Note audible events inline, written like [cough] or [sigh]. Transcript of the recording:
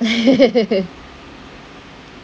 [laughs]